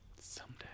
Someday